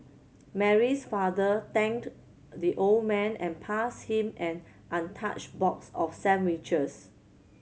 Mary's father thanked the old man and passed him an untouched box of sandwiches